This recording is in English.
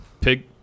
Pig